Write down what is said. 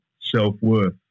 self-worth